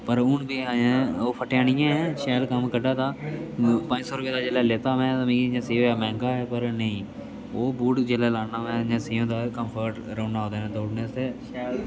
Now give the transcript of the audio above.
पर हून बी अजें ओह् फट्टेआ नी ऐ शैल कम्म कड्ढै दा बाई सौ रपेऽ दा जेल्लै लैता में मिगी इयां सेही होएया मैंह्गा ऐ पर नेईं ओह् बूट जेल्लै लाना इयां सेही होंदा कम्फर्ट रौह्ना ओह्दे नै दोड़ने आस्तै